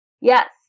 Yes